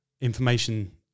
information